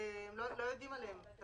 לא תמיד יודעים עליהם.